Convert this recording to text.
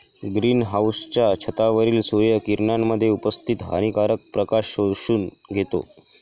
green हाउसच्या छतावरील सूर्य किरणांमध्ये उपस्थित हानिकारक प्रकाश शोषून घेतो